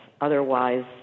Otherwise